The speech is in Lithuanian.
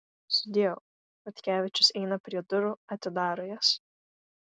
sudieu chodkevičius eina prie durų atidaro jas